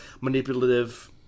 manipulative